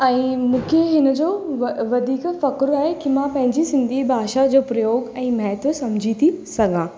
ऐं मूंखे हिन जो व वधीक फ़क़ुरु आहे कि मां पंहिंजी सिंधी भाषा जो प्रयोग ऐं महत्व सम्झी थी सघां